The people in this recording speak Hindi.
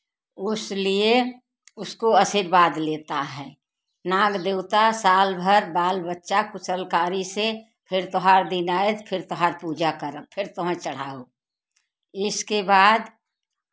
उस लिए उसको आशीर्वाद लेते हैं नाग देवता साल भर बाल बच्चा कुशलकारी से फिर तुहार दिन आए फिर तुहार पूजा करब फिर तुहार चढ़ाउब इसके बाद